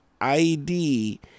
ID